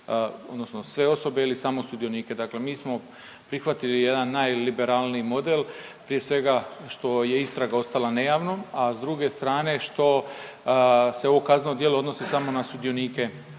odnosno sve osobe ili samo sudionike. Dakle, mi smo prihvatili jedan najliberalniji model prije svega što je istraga ostala nejavnom, a s druge strane što se ovo kazneno djelo odnosi samo na sudionike